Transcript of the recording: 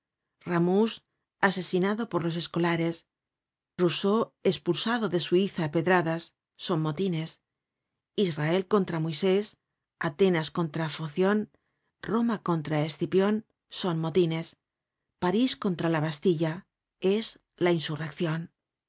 ramus asesinado por los escolares rousseau espulsado de suiza á pedradas son motines israel contra moisés atenas contra focion roma contra escipion son motines parís contra la bastilla es la insurreccion